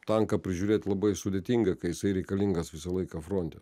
tanką prižiūrėt labai sudėtinga kai jisai reikalingas visą laiką fronte